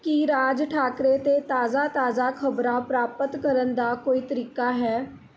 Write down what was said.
ਕੀ ਰਾਜ ਠਾਕਰੇ 'ਤੇ ਤਾਜ਼ਾ ਤਾਜ਼ਾ ਖ਼ਬਰਾਂ ਪ੍ਰਾਪਤ ਕਰਨ ਦਾ ਕੋਈ ਤਰੀਕਾ ਹੈ